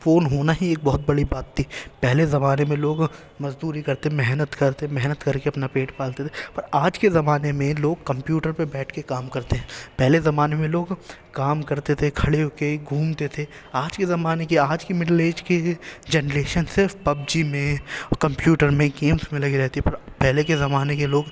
phone ہونا ہی ایک بہت بڑی بات تھی پہلے زمانے میں لوگ مزدوری کرتے محنت کرتے محنت کر کے اپنا پیٹ پالتے تھے پر آج کے زمانے میں لوگ کمپیوٹر پہ بیٹھ کے کام کرتے ہیں پہلے زمانے میں لوگ کام کرتے تھے کھڑے ہو کے گھومتے تھے آج کے زمانے کی آج کی مڈل ایج کی جنریشن صرف پبجی میں اور کمپیوٹر میں گیمز میں لگی رہتی ہے پر پہلے کے زمانے کے لوگ